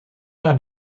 naar